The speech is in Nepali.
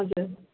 हजुर